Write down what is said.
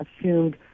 assumed